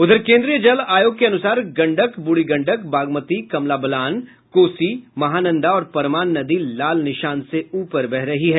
उधर केंद्रीय जल आयोग के अनुसार गंडक ब्रढ़ी गंडक बागमती कमला बलान कोसी महानंदा और परमान नदी लाल निशान से ऊपर बह रही है